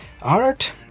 art